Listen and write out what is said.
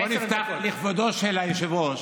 בוא נפתח לכבודו של היושב-ראש,